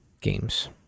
games